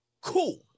cool